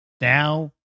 now